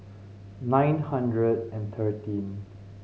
nine hundred and thirteen